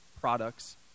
products